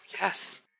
Yes